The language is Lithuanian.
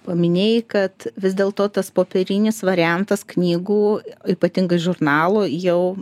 paminėjai kad vis dėl to tas popierinis variantas knygų ypatingai žurnalų jau